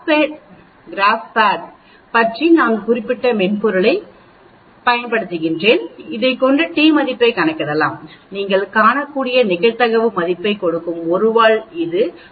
Now GraphPad பற்றி நான் குறிப்பிட்ட மென்பொருளையும் நீங்கள்பயன்படுத்தலாம் இதைக்கொண்டு t மதிப்பைக் கணக்கிடலாம் நீங்கள் காணக்கூடிய நிகழ்தகவு மதிப்பைக் கொடுக்கும் ஒரு 1 வால் இது 1